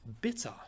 bitter